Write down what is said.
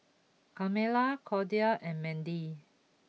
Carmella Cordie and Mandy